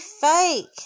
fake